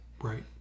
Right